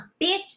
bitch